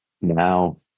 now